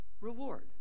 reward